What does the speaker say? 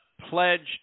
pledged